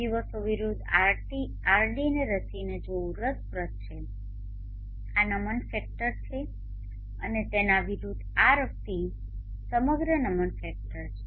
દિવસો વિરુદ્ધ Rdને રચીને જોવું રસપ્રદ છે આ નમન ફેક્ટર છે અને તેના વિરુદ્ધ Rt સમગ્ર નમન ફેક્ટર છે